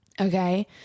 okay